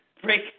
break